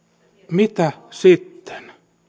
mitä sitten